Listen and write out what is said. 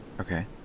Okay